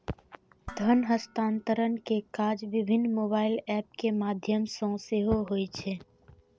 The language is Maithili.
धन हस्तांतरण के काज विभिन्न मोबाइल एप के माध्यम सं सेहो होइ छै